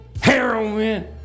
heroin